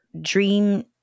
dream